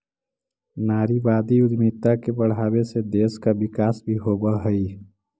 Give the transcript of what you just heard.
नारीवादी उद्यमिता के बढ़ावे से देश का विकास भी होवअ हई